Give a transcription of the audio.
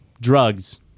Drugs